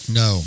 no